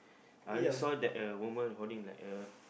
I only saw that a woman holding like a